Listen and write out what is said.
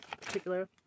particular